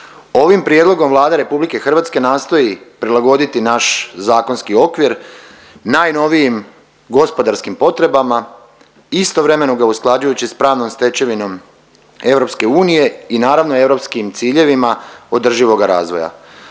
Ovim prijedlogom Vlada Republike Hrvatske nastoji prilagoditi naš zakonski okvir najnovijim gospodarskim potrebama istovremeno ga usklađujući sa pravnom stečevinom EU i naravno europskim ciljevima održivoga razvoja.